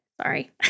sorry